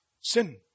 sin